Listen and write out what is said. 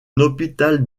hôpital